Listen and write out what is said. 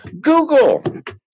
Google